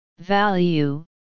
Value